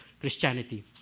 Christianity